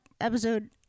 episode